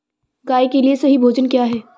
गाय के लिए सही भोजन क्या है?